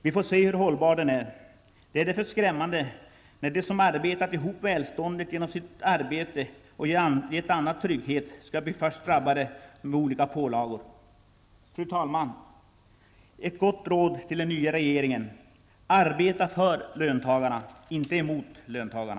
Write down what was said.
Vi får se hur hållbar den är. Det är därför skrämmande, när de, som arbetat ihop välståndet genom sitt arbete och gett andra trygghet, skall bli först drabbade med olika pålagor. Fru talman! Ett gott råd till den nya regeringen: Arbeta för löntagarna, inte mot löntagarna.